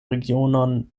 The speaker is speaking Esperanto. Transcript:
regionon